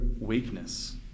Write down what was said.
weakness